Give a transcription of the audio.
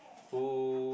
who